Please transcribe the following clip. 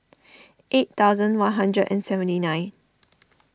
eight thousand one hundred and seventy nine